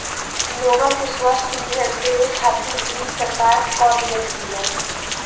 लोगन के स्वस्थ्य सुविधा देवे खातिर भी सरकार कर लेत बिया